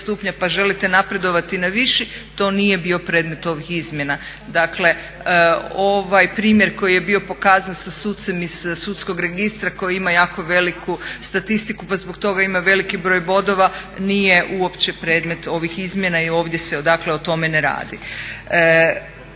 pa želite napredovati na viši to nije bio predmet ovih izmjena. Dakle, ovaj primjer koji je bio pokazan sa sucem iz sudskog registra koji ima jako veliku statistiku, pa zbog toga ima veliki broj bodova nije uopće predmet ovih izmjena i ovdje se, dakle o tome ne radi.